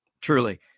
truly